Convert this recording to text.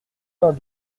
vingt